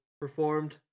performed